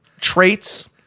traits